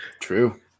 True